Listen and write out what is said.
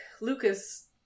Lucas